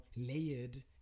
layered